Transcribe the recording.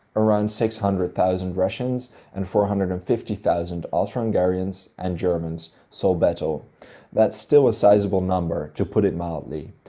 around six-hundred-thousand russians and four-hundred-fifty-thousand austro hungarians and germans saw battle that's still a sizeable number, to put it mildly.